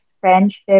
friendship